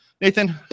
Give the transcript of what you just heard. Nathan